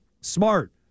Smart